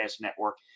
Network